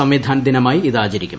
സംവിധാൻ ദിനമായി ഇത് ആചരിക്കും